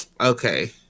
okay